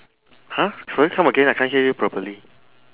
!huh! sorry come again I can't hear you properly